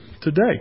today